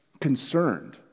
concerned